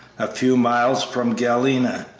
a few miles from galena,